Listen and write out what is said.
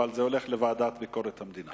אך זה הולך לוועדה לביקורת המדינה.